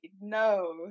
No